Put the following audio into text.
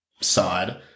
side